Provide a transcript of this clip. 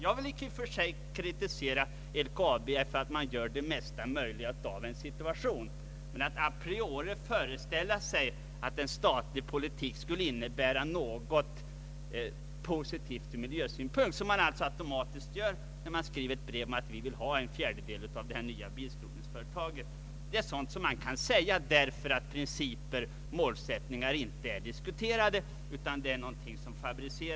Jag vill inte i och för sig kritisera LKAB för att man gör det bästa möjliga av en situation, men att a priori föreställa sig att en statlig politik skulle innebära något positivt ur miljösynpunkt, som man alltså automatiskt gör när man skriver ett brev i vilket man säger att man vill ha en fjärdedel av det nya bilskrotningsföretaget, är mer än lovligt suddigt.